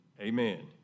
Amen